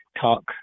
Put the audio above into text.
Talk